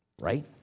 Right